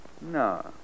No